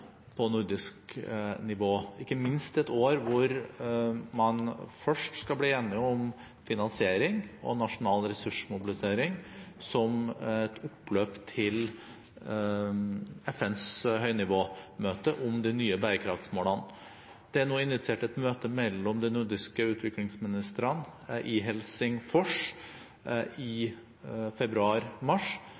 på nordisk nivå, ikke minst i et år hvor man først skal bli enig om finansiering og nasjonal ressursmobilisering som et oppløp til FNs høynivåmøte om de nye bærekraftsmålene. Det er nå initiert et møte mellom de nordiske utviklingsministrene i Helsingfors i